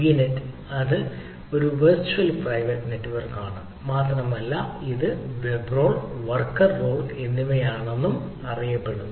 vignette ഇത് ഒരു virtual private നെറ്റ്വർക്കാണ് മാത്രമല്ല ഇത് വെബ് റോൾ വർക്കർ റോൾ എന്നിവയാണെന്നും അറിയപ്പെടുന്നു